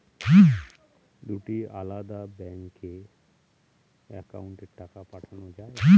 দুটি আলাদা ব্যাংকে অ্যাকাউন্টের টাকা পাঠানো য়ায়?